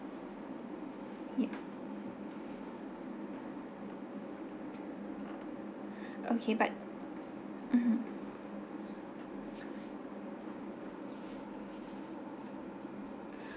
ya okay but mmhmm